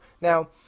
now